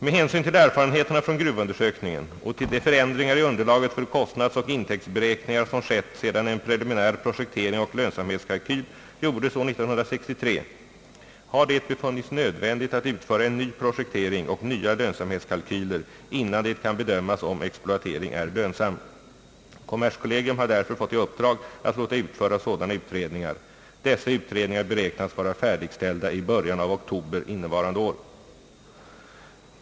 Med hänsyn till erfarenheterna från gruvundersökningen och till de föränd ringar i underlaget för kostnadsoch intäktsberäkningar som skett sedan en preliminär projektering och lönsamhetskalkyl gjordes år 1963, har det befunnits nödvändigt att utföra en ny projektering och nya lönsamhetskalkyler innan det kan bedömas om exploatering är lönsam. Kommerskollegium har därför fått i uppdrag att låta utföra sådana utredningar. Dessa utredningar beräknas vara färdigställda i början av oktober innevarande år.